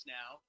now